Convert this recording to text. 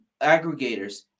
aggregators